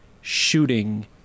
shooting